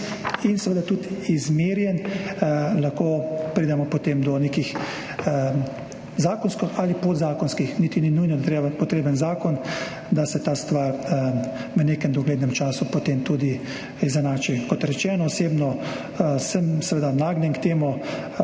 in seveda tudi meritev pridemo potem do nekih zakonskih ali podzakonskih, niti ni nujno, da je potreben zakon, da se ta stvar v nekem doglednem času potem tudi izenači. Kot rečeno, osebno sem seveda temu